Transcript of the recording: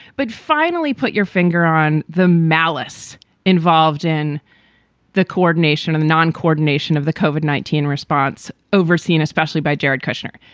but finally put your finger on the malice involved in the coordination of the non coordination of the covid nineteen response overseen especially by jared kushner.